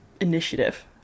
initiative